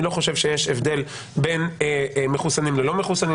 אני לא חושב שיש הבדל בין מחוסנים ללא מחוסנים,